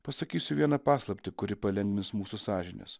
pasakysiu vieną paslaptį kuri palengvins mūsų sąžines